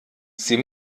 sie